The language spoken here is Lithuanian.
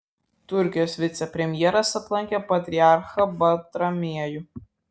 turkijos vicepremjeras aplankė patriarchą baltramiejų